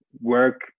work